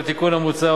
בתיקון המוצע,